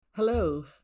Hello